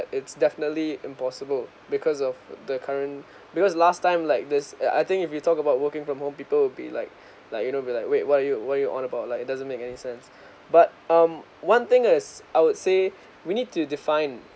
it's definitely impossible because of the current because last time like this uh I think if we talk about working from home people will be like like you know will like wait what are you what are you on about like it doesn't make any sense but um one thing is I would say we need to define